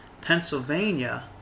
Pennsylvania